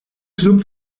klub